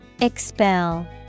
expel